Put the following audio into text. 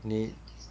你